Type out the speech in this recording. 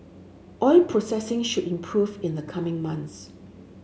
oil processing should improve in the coming months